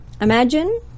Imagine